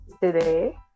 today